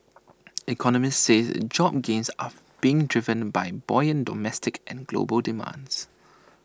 economists say job gains are being driven by buoyant domestic and global demands